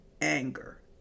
anger